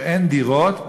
כשאין דירות,